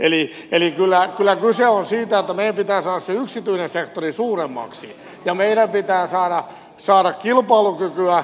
eli kyllä kyse on siitä että meidän pitää saada se yksityinen sektori suuremmaksi ja meidän pitää saada kilpailukykyä